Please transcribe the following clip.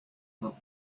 about